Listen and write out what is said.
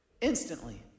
Instantly